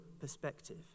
perspective